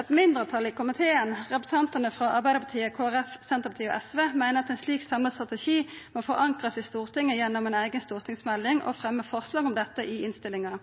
Eit mindretal i komiteen, representantane frå Arbeidarpartiet, Kristeleg Folkeparti, Senterpartiet og SV, meiner at ein må forankra ein slik samla strategi i Stortinget gjennom ei eiga stortingsmelding og fremjar forslag om dette i innstillinga.